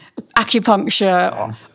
acupuncture